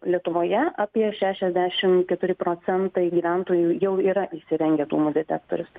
lietuvoje apie šešiasdešim keturi procentai gyventojų jau yra įsirengę dūmų detektorius